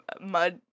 mud